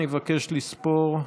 אני מבקש לספור.